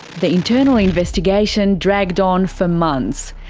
the internal investigation dragged on for months,